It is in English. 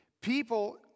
people